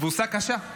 תבוסה קשה,